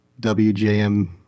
WJM